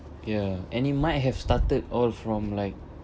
ya and it might have started all from like